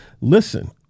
listen